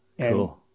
Cool